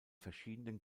verschiedenen